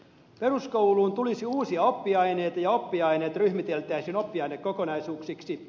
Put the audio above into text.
peruskouluun tulisi uusia oppi aineita ja oppiaineet ryhmiteltäisiin oppiaine kokonaisuuksiksi